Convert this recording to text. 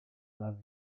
love